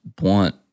want